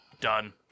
Done